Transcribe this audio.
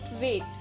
wait